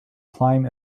climb